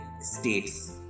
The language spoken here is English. states